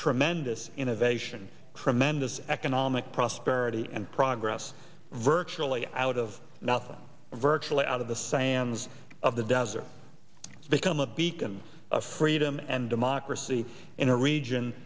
tremendous innovation tremendous economic prosperity and progress virtually out of nothing virtually out of the sands of the desert become a beacon of freedom and democracy in a region